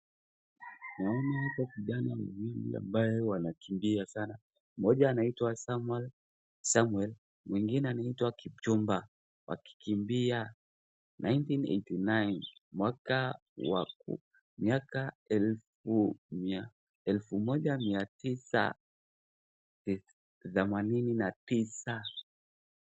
Naona hapa vijana wawili ambaye wanakimbia sana, mmoja anaitwa Samuel mwingine anaitwa Kipchumba wakikimbia 1989 miaka elfu moja mia Tisa themanini na tisa.